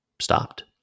stopped